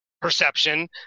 perception